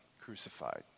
crucified